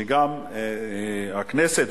שגם הכנסת,